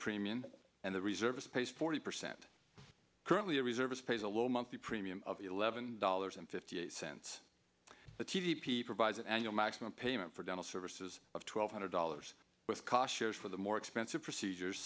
premium and the reserve a space forty percent currently a reservist pays a low monthly premium of eleven dollars and fifty eight cents a t t p provides an annual maximum payment for dental services of twelve hundred dollars with cost for the more expensive procedures